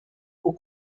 aux